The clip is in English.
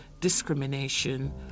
discrimination